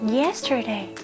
yesterday